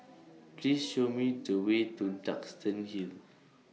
Please Show Me The Way to Duxton Hill